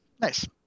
Nice